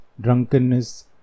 drunkenness